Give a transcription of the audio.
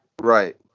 Right